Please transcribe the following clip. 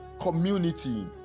community